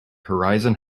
horizon